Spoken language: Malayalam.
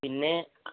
പിന്നെ